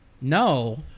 No